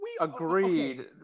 agreed